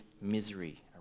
misery